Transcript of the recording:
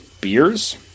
beers